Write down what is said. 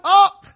up